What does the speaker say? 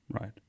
Right